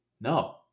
no